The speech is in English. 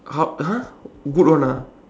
hor !huh! good one ah